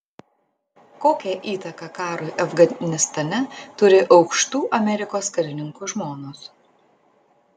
kokią įtaką karui afganistane turi aukštų amerikos karininkų žmonos